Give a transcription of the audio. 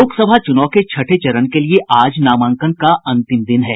लोकसभा चुनाव के छठे चरण के लिए आज नामांकन का अंतिम दिन है